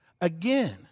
Again